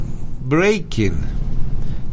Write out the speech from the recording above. breaking